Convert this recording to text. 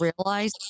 realize